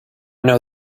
know